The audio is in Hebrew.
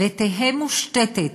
תהא מושתתה